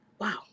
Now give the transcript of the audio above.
Wow